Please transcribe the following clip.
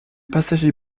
passagers